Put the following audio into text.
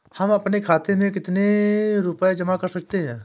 हम अपने खाते में कितनी रूपए जमा कर सकते हैं?